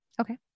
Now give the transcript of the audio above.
Okay